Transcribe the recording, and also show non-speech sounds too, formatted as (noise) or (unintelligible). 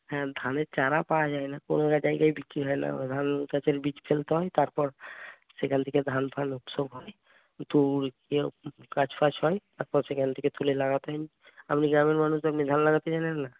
হ্যাঁ ধানের চারা পাওয়া যায় না (unintelligible) জায়গায় বিক্রি হয় না ওই ধান (unintelligible) বীজ ফেলতে হয় তারপর সেখান থেকে ধান ফান উৎসব হয় (unintelligible) গাছ ফাছ হয় তারপর সেখান থেকে তুলে লাগাতে (unintelligible) আপনি গ্রামের মানুষ আপনি ধান লাগাতে জানেন না